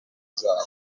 zabo